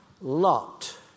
Lot